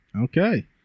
Okay